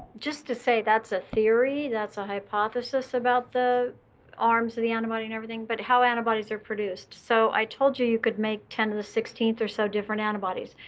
just to say, that's a theory. that's a hypothesis about the arms of the antibody and everything. but how antibodies are produced so i told you, you could make ten to the sixteenth or so different antibodies.